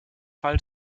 fall